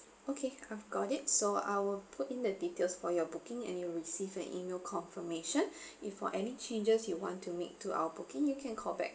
okay I've got it so I'll put in the details for your booking and you will receive an email confirmation if for any changes you want to make to our booking you can call back